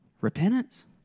Repentance